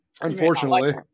Unfortunately